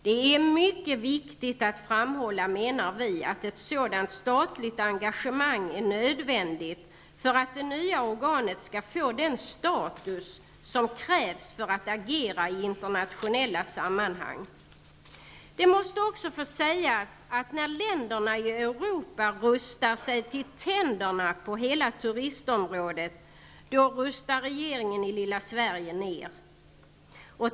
Det är mycket viktigt att framhålla, menar vi, att ett sådant statligt engagemang är nödvändigt för att det nya organet skall få den status som krävs för att agera i internationella sammanhang. Det måste också få sägas att när länderna i Europa rustar sig till tänderna på hela turistområdet, rustar regeringen i lilla Sverige ner.